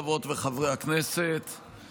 חברות וחברי הכנסת,